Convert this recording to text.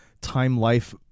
time-life